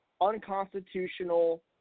unconstitutional